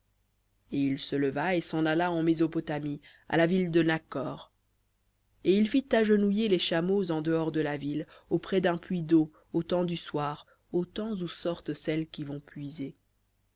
et il se leva et s'en alla en mésopotamie à la ville de nakhor et il fit agenouiller les chameaux en dehors de la ville auprès d'un puits d'eau au temps du soir au temps où sortent celles qui vont puiser